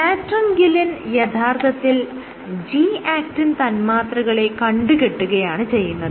latrunculin യഥാർത്ഥത്തിൽ G actin തന്മാത്രകളെ കണ്ടുകെട്ടുകയാണ് ചെയ്യുന്നത്